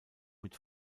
mit